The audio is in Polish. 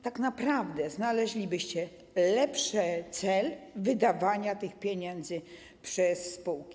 Tak naprawdę znaleźlibyście lepszy cel wydawania tych pieniędzy przez spółki.